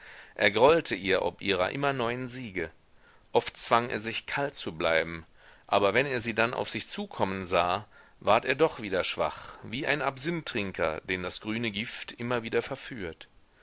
er grollte ihr ob ihrer immer neuen siege oft zwang er sich kalt zu bleiben aber wenn er sie dann auf sich zukommen sah ward er doch wieder schwach wie ein absinthtrinker den das grüne gift immer wieder verführt